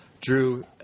Drew